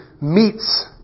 meets